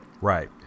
Right